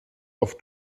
auf